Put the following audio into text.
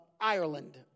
Ireland